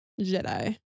Jedi